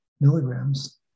milligrams